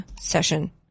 session